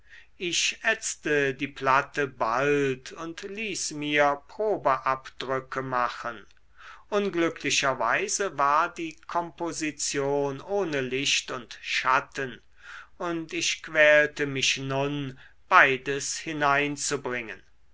ich ätzte die platte bald und ließ mir probeabdrücke machen unglücklicherweise war die komposition ohne licht und schatten und ich quälte mich nun beides hineinzubringen